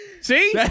See